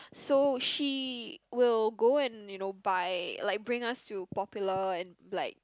so she will go and you know buy like bring us to popular and like